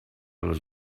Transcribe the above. los